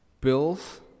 Bills